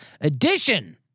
edition